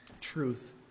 truth